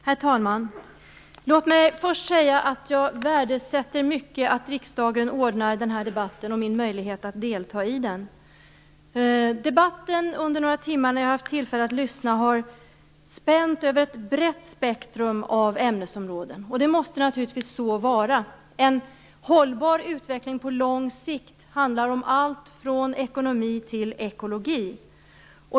Herr talman! Låt mig först säga att jag högt värdesätter att riksdagen ordnar den här debatten och min möjlighet att delta i den. Under de timmar jag har haft tillfälle att lyssna till debatten har den spänt över ett brett spektrum av ämnesområden. Det måste naturligtvis vara så. En hållbar utveckling på lång sikt handlar nämligen om allt ifrån ekonomi till ekologi.